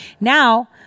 Now